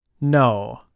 No